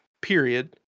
period